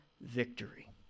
victory